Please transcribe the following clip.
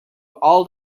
all